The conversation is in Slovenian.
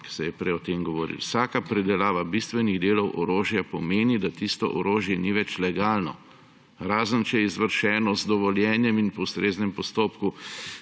ko se je prej o tem govorilo. Vsaka predelava bistvenih delov orožja pomeni, da tisto orožje ni več legalno, razen če je izvršeno z dovoljenjem in po ustreznem postopku,